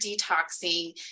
detoxing